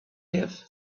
live